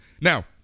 Now